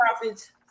Profits